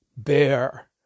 bear